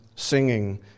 singing